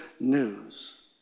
news